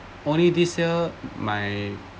only this year my